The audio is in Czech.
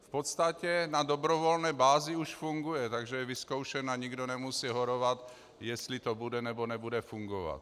V podstatě na dobrovolné bázi už funguje, takže je vyzkoušen a nikdo nemusí horovat, jestli to bude, nebo nebude fungovat.